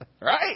right